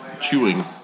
chewing